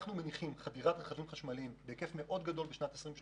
אנחנו מניחים חדירת רכבים חשמליים בהיקף מאוד גדול בשנת 2030,